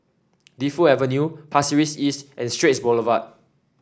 Defu Avenue Pasir Ris East and Straits Boulevard